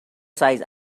size